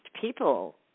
people